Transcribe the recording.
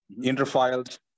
Interfiled